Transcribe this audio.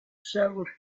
sell